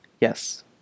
Yes